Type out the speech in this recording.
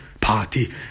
party